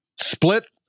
split